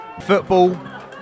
Football